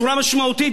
בצורה משמעותית.